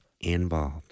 involved